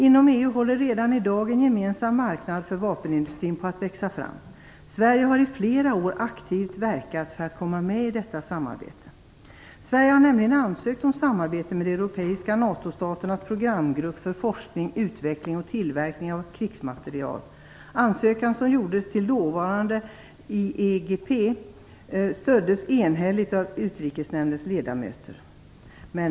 Inom EU håller redan i dag en gemensam marknad för vapenindustrin på att växa fram. Sverige har i flera år aktivt verkat för att komma med i detta samarbete. Sverige har nämligen ansökt om samarbete med de europeiska NATO-staternas programgrupp för forskning, utveckling och tillverkning av krigsmateriel. Ansökan, som gjordes till dåvarande IEPG, Independent European Programme Group, stöddes enhälligt av Utrikesnämndens ledamöter.